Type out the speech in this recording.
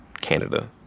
Canada